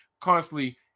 constantly